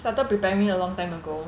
started preparing a long time